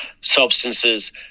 substances